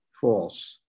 false